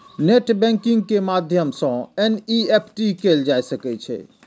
net banking के माध्यम सं एन.ई.एफ.टी कैल जा सकै छै